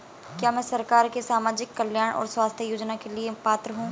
क्या मैं सरकार के सामाजिक कल्याण और स्वास्थ्य योजना के लिए पात्र हूं?